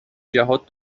جهات